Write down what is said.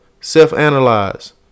self-analyze